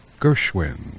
Gershwin